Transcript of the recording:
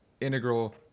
integral